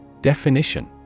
Definition